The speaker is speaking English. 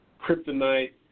kryptonite